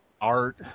art